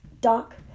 doc